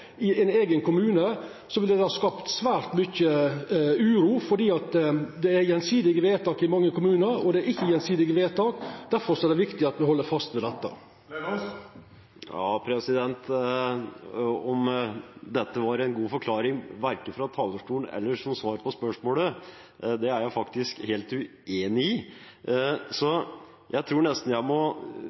at ein kommune kunne søkja om omgjering slik han sjølv finn det for godt, ville det ha skapt svært mykje uro, for det er gjensidige vedtak i mange kommunar, og det er ikkje gjensidige vedtak. Difor er det viktig at me held fast ved dette. At dette var en god forklaring – fra talerstolen eller som svar på spørsmålet – er jeg helt uenig i. Så jeg tror nesten jeg må